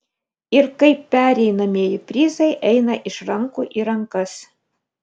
ir kaip pereinamieji prizai eina iš rankų į rankas